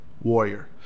warrior